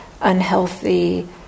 unhealthy